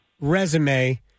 resume